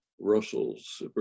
Russell's